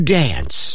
dance